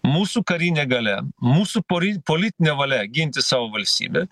mūsų karinė galia mūsų pory politinė valia ginti savo valstybę